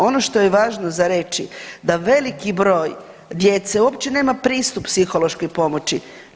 Ono što je važno za reći da veliki broj djece uopće nema pristup psihološke pomoći.